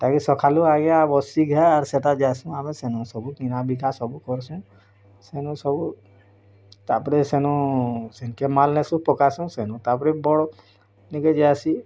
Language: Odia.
ତାକେ ସକାଲୁ ଆଜ୍ଞା ବସିଘା ଆର୍ ସେଟା ଯାଏସୁଁ ଆମେ ସେନୁ ସବୁ କିନା ବିକା ସବୁ କରସୁଁ ସେନୁ ସବୁ ତାପରେ ସେନୁ ସେନ୍ କେ ମାଲ୍ ନେସୁ ପକାସୁ ସେନୁ ତାପରେ ବଳ ନିକେ ଯାଆସି